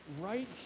right